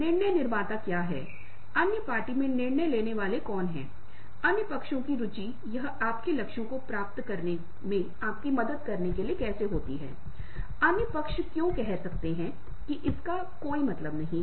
अर्थ यह है कि पारंपरिक रूप से दीवार पर नौकायन कहना है जो एक पुरुष सदस्य के साथ जुड़ा हुआ काम है अब यह महिलाओं द्वारा भी किया जाता है